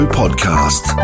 podcast